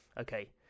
Okay